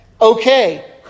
Okay